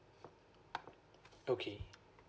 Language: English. okay